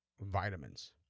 vitamins